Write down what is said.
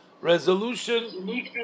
resolution